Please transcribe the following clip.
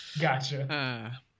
gotcha